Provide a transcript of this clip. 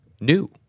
new